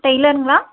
டெய்லருங்களா